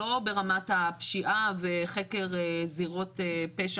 לא ברמת הפשיעה וחקר זירות פשע,